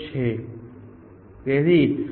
તેથી તે જરૂરી રીતે આગામી સિબલિંગ્સ તરફ જઈ શકે